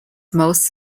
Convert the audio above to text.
most